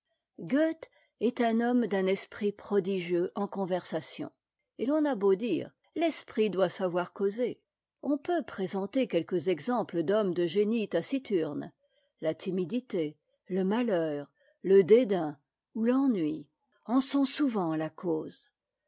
est un homme d'un esprit prodigieux en conversation et l'on a beau dire l'esprit doit savoir causer on peut présenter quelques exemples d'hommes de génie taciturnes a timidité le malheur le dédain ou l'ennui en sont souvent la cause